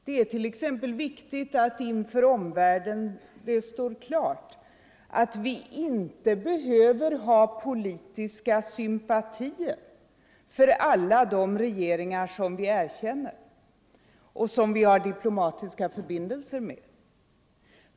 Det är t.ex. viktigt att det inför omvärlden står klart att vi inte behöver ha politiska sympatier för alla de regeringar som vi erkänner och som vi har diplomatiska förbindelser med.